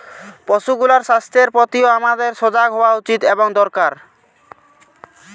পশুগুলার স্বাস্থ্যের প্রতিও আমাদের সজাগ হওয়া উচিত এবং দরকার